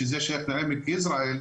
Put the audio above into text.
ששייכת לעמק יזרעאל,